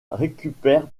récupère